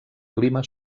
clima